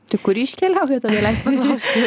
tai kur ji iškeliauja tada leisk paklausti